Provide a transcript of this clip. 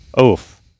Oof